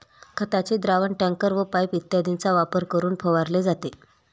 खताचे द्रावण टँकर व पाइप इत्यादींचा वापर करून फवारले जाते